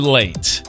late